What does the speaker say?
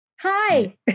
Hi